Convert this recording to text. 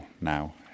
now